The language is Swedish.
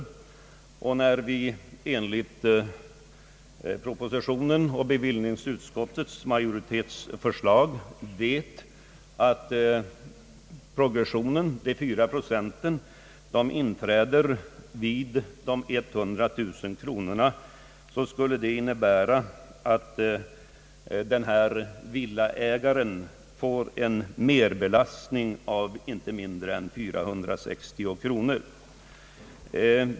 Då progressionen — de fyra procenten — enligt propositionens och bevillningsutskottets förslag inträder vid 100000 kronor, skulle detta innebära att denne villaägare får en merbelastning av inte mindre än 460 kronor.